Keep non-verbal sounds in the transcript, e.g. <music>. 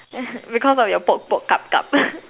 yeah because of your poke poke cup cup <laughs>